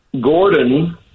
Gordon